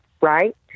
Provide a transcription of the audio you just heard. right